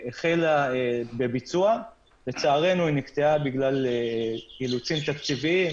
הביצוע החל אבל לצערנו היא נתקעה בגלל אילוצים תקציביים.